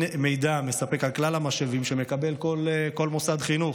אין מידע מספק על כלל המשאבים שמקבל כל מוסד חינוך.